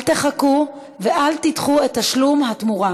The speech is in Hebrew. אל תחכו ואל תידחו את תשלום התמורה.